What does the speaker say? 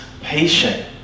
patient